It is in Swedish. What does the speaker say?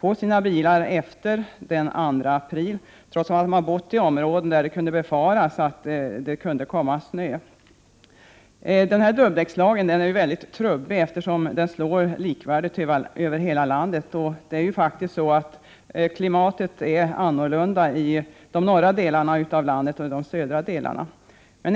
på sina bilar efter den 2 april, trots att de bor i områden där det kan befaras att det kommer snö. Dubbdäckslagen är trubbig, eftersom den slår likvärdigt över hela landet, trots att klimatet är ett annat i de norra delarna av landet än i de södra delarna.